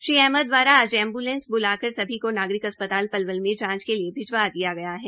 श्री अहमद दवारा आज एम्ब्लेंस ब्लाकर सभी नागरिक अस्पताल पलवलमे जांच के लिए भिजवा दिया गया है